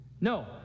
No